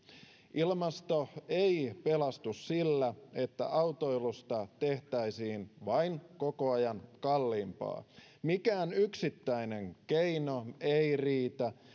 ilmasto ei pelastu sillä että autoilusta tehdään vain koko ajan kalliimpaa mikään yksittäinen keino ei riitä